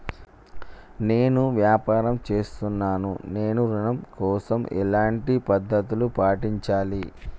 నేను వ్యాపారం చేస్తున్నాను నేను ఋణం కోసం ఎలాంటి పద్దతులు పాటించాలి?